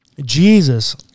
Jesus